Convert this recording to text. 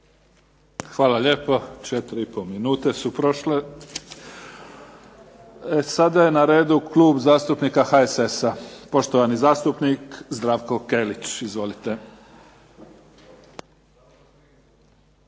Hvala lijepo, 4,5 minute su prošle. Sada je na redu Klub zastupnika HSS-a. Poštovani zastupnik Zdravko Kelić, izvolite.